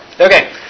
Okay